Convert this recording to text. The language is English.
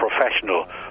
Professional